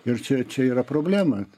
ir čia čia yra problema